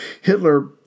Hitler